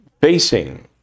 facing